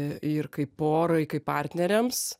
ir kaip porai kaip partneriams